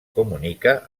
comunica